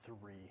three